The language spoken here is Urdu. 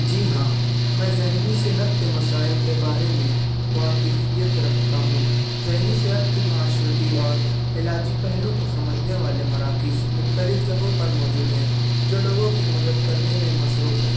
جی ہاں میں ذہنی صحت کے مسائل کے بارے میں واکیفیت رکھتا ہوں ذہنی صحت کی معاشرتی اور علاجی پہلو کے سمجھنے والے مراکز مختلف جگہوں پر موجود ہیں جو لوگوں کی مدد کرنے میں مصروف ہیں